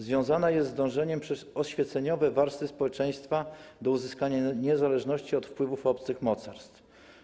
Związana jest z dążeniem przez oświeceniowe warstwy społeczeństwa do uzyskania niezależności od wpływów obcych mocarstw.